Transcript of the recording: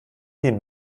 den